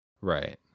Right